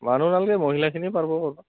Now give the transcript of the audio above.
মানুহ নালাগে মহিলাখিনি পাৰিব কৰিব